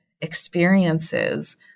experiences